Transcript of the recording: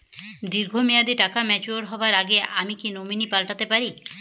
দীর্ঘ মেয়াদি টাকা ম্যাচিউর হবার আগে আমি কি নমিনি পাল্টা তে পারি?